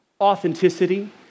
authenticity